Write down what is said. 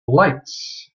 lights